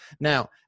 Now